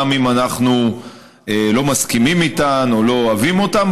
גם אם אנחנו לא מסכימים להן או לא אוהבים אותן.